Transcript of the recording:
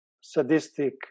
sadistic